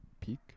Peak